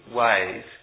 ways